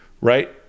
right